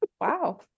Wow